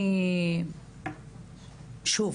שוב,